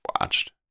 watched